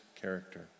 character